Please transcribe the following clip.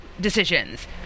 decisions